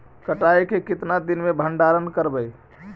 कटाई के कितना दिन मे भंडारन करबय?